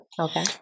Okay